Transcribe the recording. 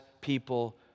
people